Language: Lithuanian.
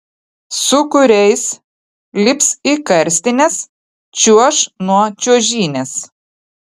su kuriais lips į karstines čiuoš nuo čiuožynės